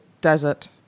desert